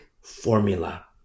formula